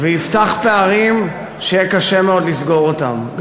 ויפתח פערים שיהיה קשה מאוד לסגור אותם.